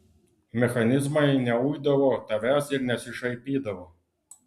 mechanizmai neuidavo tavęs ir nesišaipydavo